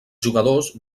jugadors